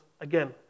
again